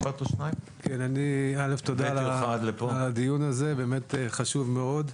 תודה על הדיון החשוב הזה.